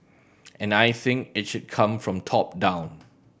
and I think it should come from top down